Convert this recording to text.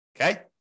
Okay